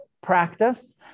practice